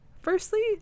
firstly